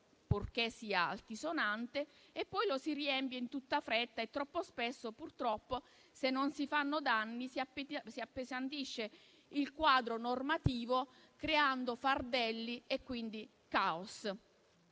purché sia altisonante, e poi lo si riempia in tutta fretta e troppo spesso, purtroppo, se non si fanno danni, si appesantisce il quadro normativo, creando fardelli e quindi caos.